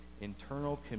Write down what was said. internal